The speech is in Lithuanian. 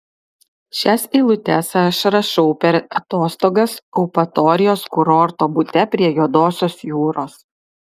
šias eilutes aš rašau per atostogas eupatorijos kurorto bute prie juodosios jūros